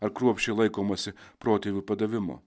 ar kruopščiai laikomasi protėvių padavimo